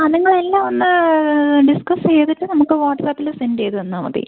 ആ നിങ്ങൾ എല്ലാം ഒന്ന് ഡിസ്കസ് ചെയ്തിട്ട് നമുക്ക് വാട്ട്സ്ആപ്പിൽ സെൻഡ് ചെയ്ത് തന്നാൽ മതി